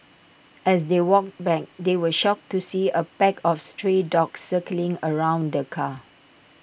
as they walked back they were shocked to see A pack of stray dogs circling around the car